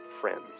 friends